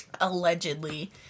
allegedly